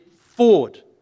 forward